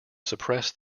suppress